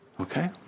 okay